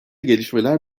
gelişmeler